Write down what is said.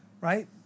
right